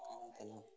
काय म्हण त्याला